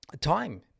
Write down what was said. time